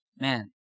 man